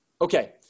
Okay